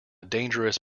dangerous